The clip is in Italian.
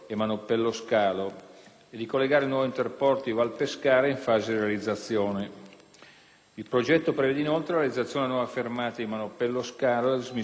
e di collegare il nuovo interporto di Val Pescara in fase di realizzazione. Il progetto prevede, inoltre, la realizzazione della nuova fermata di Manoppello Scalo e la dismissione della linea esistente.